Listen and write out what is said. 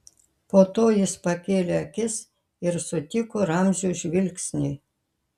po to jis pakėlė akis ir sutiko ramzio žvilgsnį